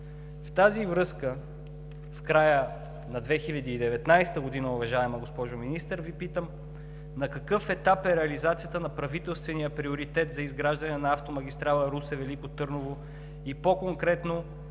В тази връзка, в края на 2019 г., уважаема госпожо Министър, Ви питам: на какъв етап е реализацията на правителствения приоритет за изграждане на автомагистрала Русе – Велико Търново, и по-конкретно: